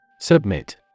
Submit